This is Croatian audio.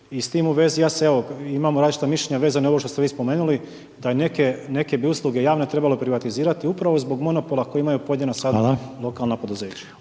i s tim u vezi ja se evo, imamo različita mišljenja vezano za ovo što ste vi spomenuli, da neke, neke bi usluge javne trebalo privatizirati upravo zbog monopola koje imaju pojedina…/Upadica: